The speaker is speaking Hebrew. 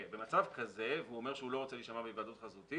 במצב כזה הוא אומר שהוא לא רוצה להישמע בהיוועדות חזותית,